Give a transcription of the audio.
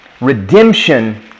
redemption